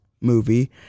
movie